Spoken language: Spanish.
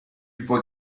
fue